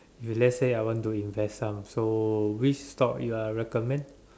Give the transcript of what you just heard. if let's say I want to invest some so which stock you recommend